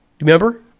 Remember